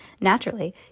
Naturally